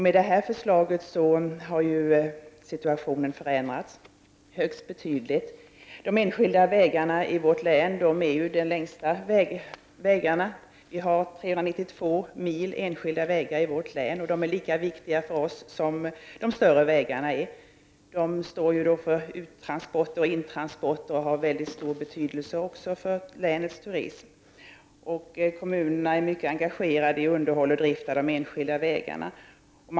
Med detta förslag har situationen förändrats betydligt. De enskilda vägarna i vårt län är de längsta vägarna. Vi har 392 mil enskilda vägar i vårt län. De är lika viktiga för oss som de stora vägarna. De står för intransporter och uttransporter och har stor betydelse även för länets turism. Kommunerna är mycket engagerade i underhåll och drift av de enskilda vägarna.